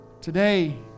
Today